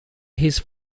his